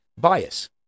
bias